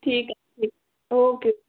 ठीकु आहे ठीकु आहे ओके